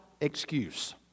excuse